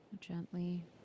Gently